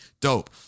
dope